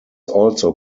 also